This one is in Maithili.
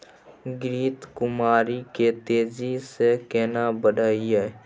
घृत कुमारी के तेजी से केना बढईये?